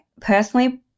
personally